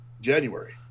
January